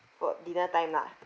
about dinner time lah